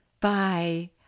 Bye